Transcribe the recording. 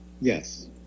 Yes